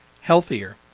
healthier